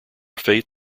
fate